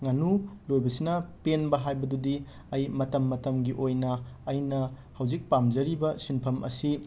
ꯉꯥꯅꯨ ꯂꯣꯏꯕꯁꯤꯅ ꯄꯦꯟꯕ ꯍꯥꯏꯕꯗꯨꯗꯤ ꯑꯩ ꯃꯇꯝ ꯃꯇꯝꯒꯤ ꯑꯣꯏꯅ ꯑꯩꯅ ꯍꯧꯖꯤꯛ ꯄꯥꯝꯖꯔꯤꯕ ꯁꯤꯟꯐꯝ ꯑꯁꯤ